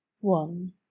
One